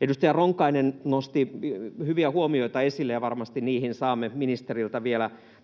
Edustaja Ronkainen nosti hyviä huomioita esille, ja varmasti niihin saamme ministeriltä vielä tässä